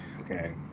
Okay